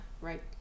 right